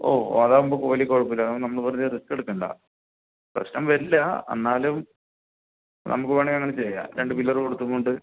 ഓ അതാകുമ്പോൾ കോലി കുഴപ്പമില്ല അതാകുമ്പം നമ്മള് വെറുതേ റിസ്ക്കെടുക്കണ്ട പ്രശ്നം വരില്ല അന്നാലും നമുക്ക് വേണമെങ്കിൽ അങ്ങനെ ചെയ്യാം രണ്ട് പില്ലറ് കൊടുത്തും കൊണ്ട്